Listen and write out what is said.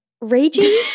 Raging